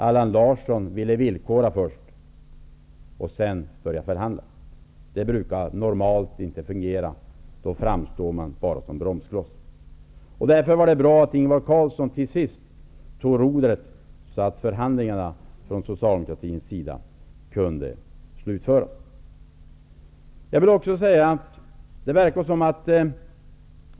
Allan Larsson ville villkora först och sedan börja förhandla. Det brukar normalt inte fungera, utan gör man så framstår man bara som en bromskloss. Därför var det bra att Ingvar Carlsson till sist tog rodret, så att förhandlingarna kunde slutföras för Socialdemokraternas del.